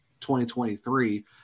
2023